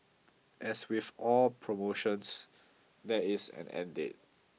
as with all promotions there is an end date